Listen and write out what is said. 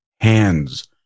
hands